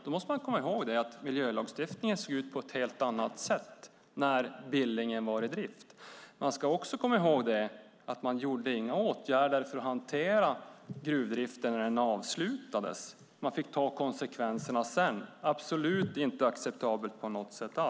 Man måste komma ihåg att miljölagstiftningen såg ut på ett helt annat sätt när Billingen var i drift. Man ska också komma ihåg att gruvnäringen inte vidtog några åtgärder för att hantera gruvdriften när den avslutades, utan vi fick ta konsekvenserna efteråt. Det är absolut inte acceptabelt på något sätt.